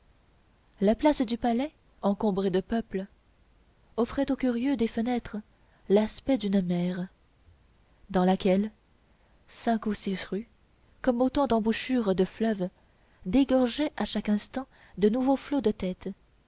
la place du palais encombrée de peuple offrait aux curieux des fenêtres l'aspect d'une mer dans laquelle cinq ou six rues comme autant d'embouchures de fleuves dégorgeaient à chaque instant de nouveaux flots de têtes